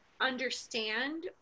understand